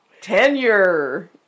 tenure